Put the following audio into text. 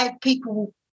people